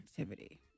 activity